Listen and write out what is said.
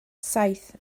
saith